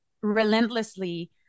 relentlessly